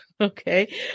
Okay